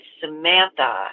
Samantha